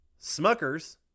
Smuckers